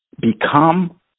Become